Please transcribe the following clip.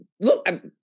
look